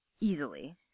easily